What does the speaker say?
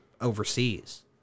overseas